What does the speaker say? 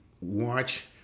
watch